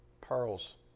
Pearls